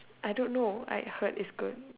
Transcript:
I don't know I heard it's good